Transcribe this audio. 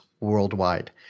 worldwide